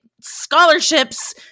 scholarships